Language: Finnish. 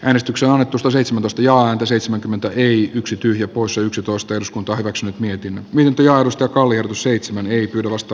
äänestyksen oletusta seitsemäntoista ja alle seitsemänkymmentä ei yksi tyhjä tämän johdosta eduskunta hyväksyi mietin miltä ja mustakallio seitsemän nykyrunosta